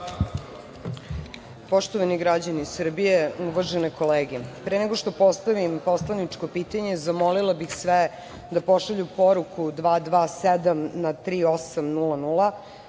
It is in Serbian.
Poštovani građani Srbije, uvažene kolege, pre nego što postavim poslaničko pitanje, zamolila bih sve da pošalju poruku 227 na 3800